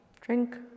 drink